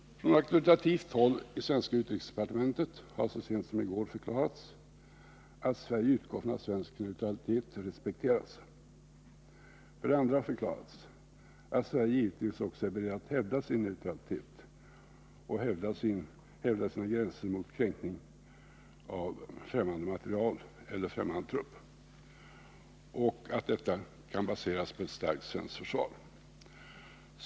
Från auktorativt håll inom svenska utrikesdepartementet har så sent som i går förklarats att Sverige utgår från att svensk neutralitet respekteras. Det har också förklarats att Sverige givetvis är berett att hävda sin neutralitet och hävda sina gränser mot kränkningar av främmande materiel eller främmande trupper samt att detta kan baseras på ett starkt svenskt försvar.